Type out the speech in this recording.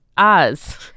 Oz